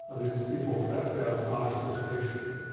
these people tracked down kanner's first patient,